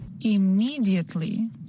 Immediately